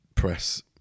press